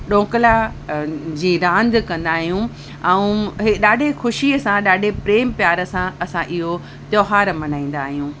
डोकला जी रांदि कंदा आहियूं ऐं इहो ॾाढी ख़ुशीअ सां ॾाढे प्रेम प्यार सां असां इहो त्योहार मल्हाईंदा आहियूं